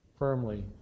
Firmly